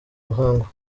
muhango